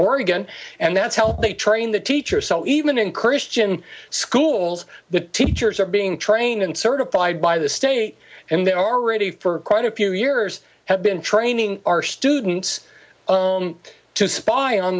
oregon and that's helped they train the teacher so even in christian schools the teachers are being trained and certified by the state and they're already for quite a few years have been training our students on to spy